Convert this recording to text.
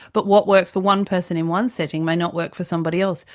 but what works for one person in one setting may not work for somebody else.